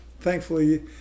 thankfully